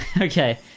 Okay